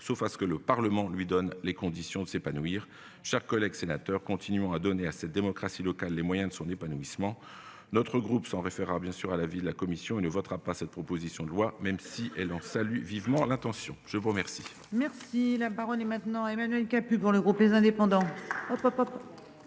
sauf à ce que le Parlement lui donne les conditions de s'épanouir chers collègues sénateurs continueront à donner à cette démocratie locale les moyens de son épanouissement. Notre groupe s'en réfère à bien sûr à la ville. La commission, il ne votera pas cette proposition de loi, même si elle en salue vivement à l'intention je vous remercie. Merci la parole est maintenant Emmanuel Capus pour le groupe les indépendants, autrefois.